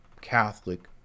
Catholic